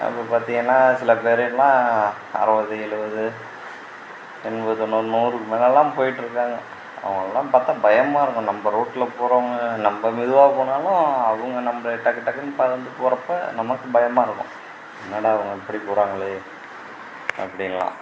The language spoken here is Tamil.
அப்போது பார்த்திங்கன்னா சிலப்பேரு எல்லாம் அறுவது எழுபது எண்பது தொண்ணூறு நூறுக்கு மேலெல்லாம் போய்ட்டு இருக்காங்க அவங்களலாம் பார்த்தா பயமாக இருக்கும் நம்ப ரோடில் போகிறவங்க நம்ப மெதுவாக போனாலும் அவங்க நம்மளை டக்கு டக்குன்னு கடந்து போகிறப்ப நமக்கு பயமாக இருக்கும் என்னடா இவங்க இப்படி போகிறாங்களே அப்படின்லாம்